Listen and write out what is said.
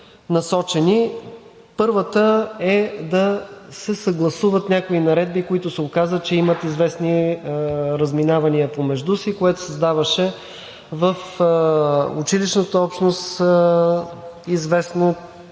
посоки. Първата е да се съгласуват някои наредби, за които се оказа, че имат известни разминавания помежду си, което създаваше в училищната общност известни